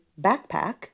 backpack